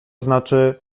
znaczy